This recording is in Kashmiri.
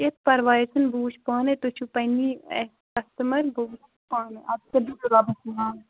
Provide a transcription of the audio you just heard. کیٚنٛہہ پرواے چھُنہٕ بہٕ وٕچھ پانَے تُہۍ چھُو پَنٛنی اَسہِ کَسٹمَر بہٕ وٕچھ پانَے اَدٕ سا بِہِو رۄبَس حوال